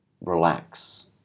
relax